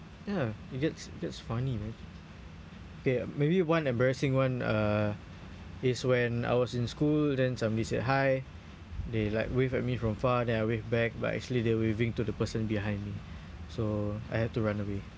ya it gets it gets funny man okay maybe one embarrassing one uh is when I was in school then somebody said hi they like wave at me from far then I wave back but actually they're waving to the person behind me so I had to run away